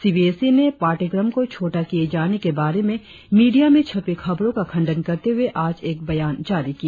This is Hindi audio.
सीबीएसई ने पाठ्यक्रम को छोटा किये जाने के बारे में मीडिया में छपी खबरो का खंडन करते हुए आज एक बयान जारी किया